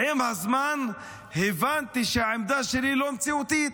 ועם הזמן הבנתי שהעמדה שלי לא מציאותית,